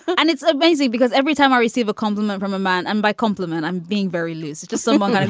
and it's amazing because every time i receive a compliment from a man and by compliment, i'm being very loose to someone. kind of